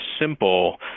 simple